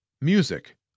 Music